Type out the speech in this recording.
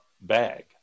BAG